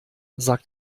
sagt